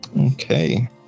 Okay